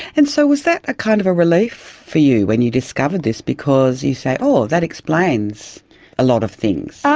and so was that a kind of a relief for you when you discovered this because you say, oh, that explains a lot of things'?